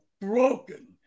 broken